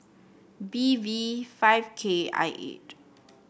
B V five K I eight